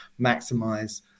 maximize